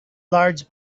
large